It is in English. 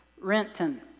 Renton